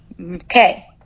Okay